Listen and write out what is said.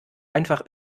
einfach